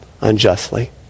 Unjustly